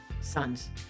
sons